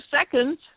seconds